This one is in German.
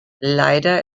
leider